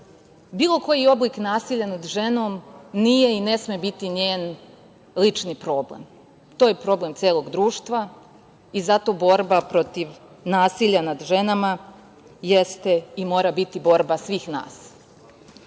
koji oblik nasilja nad ženom nije i ne sme biti njen lični problem. To je problem celog društva i zato borba protiv nasilja nad ženama jeste i mora biti borba svih nas.